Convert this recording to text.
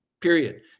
period